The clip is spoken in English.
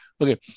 okay